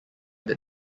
that